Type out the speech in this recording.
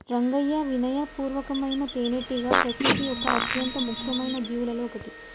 రంగయ్యా వినయ పూర్వకమైన తేనెటీగ ప్రకృతి యొక్క అత్యంత ముఖ్యమైన జీవులలో ఒకటి